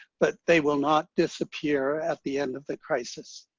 but they will not disappear at the end of the crisis.